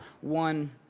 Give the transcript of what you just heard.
one